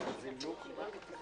בעיה.